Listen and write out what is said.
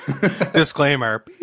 disclaimer